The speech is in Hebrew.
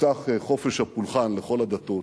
הובטח חופש הפולחן לכל הדתות.